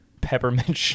peppermint